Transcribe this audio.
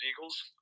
Eagles